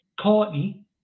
Courtney